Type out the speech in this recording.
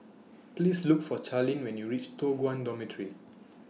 Please Look For Charline when YOU REACH Toh Guan Dormitory